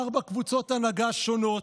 ארבע קבוצות הנהגה שונות: